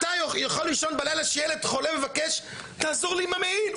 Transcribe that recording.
אתה יכול לישון בלילה כשילד חולה מבקש שיעזרו לו עם המעיל?